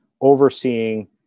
overseeing